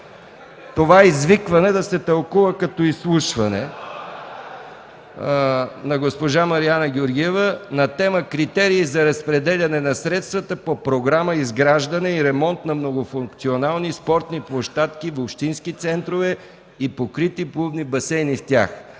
Това извикване да се тълкува като изслушване на госпожа Мариана Георгиева на тема „Критерии за разпределяне на средствата по Програма „Изграждане и ремонт на многофункционални спортни площадки в общински центрове и покрити плувни басейни в тях”.